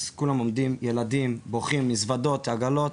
אז כולם עומדים, ילדים, בוכים, מזוודות, עגלות.